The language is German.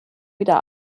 wieder